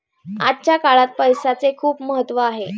आजच्या काळात पैसाचे खूप महत्त्व आहे